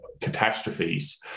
catastrophes